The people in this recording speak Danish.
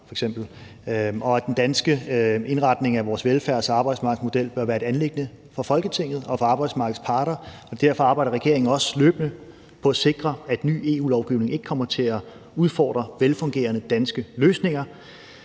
den danske indretning af vores velfærds- og arbejdsmarkedsmodel bør være et anliggende for Folketinget og for arbejdsmarkedets parter, og derfor arbejder regeringen også løbende på at sikre, at ny EU-lovgivning ikke kommer til at udfordre velfungerende danske løsninger.